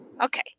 Okay